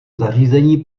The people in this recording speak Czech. zařízení